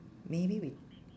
maybe we